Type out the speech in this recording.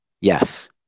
Yes